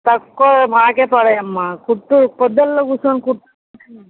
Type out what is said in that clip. తక్కువ మాకే పడవమ్మ కుట్టు పొద్దల్లా కూర్చుని కుట్టుతే